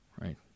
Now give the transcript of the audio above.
right